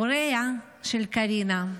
הוריה של קרינה,